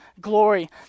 glory